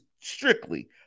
strictly